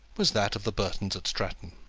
was that of the burtons at stratton.